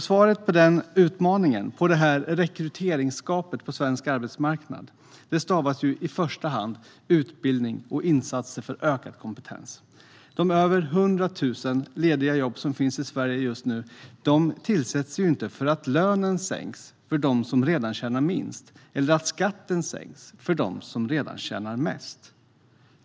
Svaret på den utmaningen - på rekryteringsgapet på svensk arbetsmarknad - stavas i första hand utbildning och insatser för ökad kompetens. De över hundra tusen lediga jobb som just nu finns i Sverige tillsätts inte för att lönen sänks för dem som redan tjänar minst eller att skatten sänks för dem som redan tjänar mest.